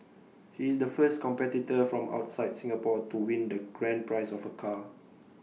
he is the first competitor from outside Singapore to win the grand prize of A car